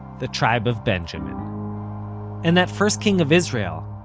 the tribe of benjamin and that first king of israel,